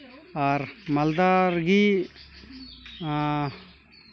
ᱟᱨ ᱢᱟᱞᱫᱟ ᱨᱮᱜᱤ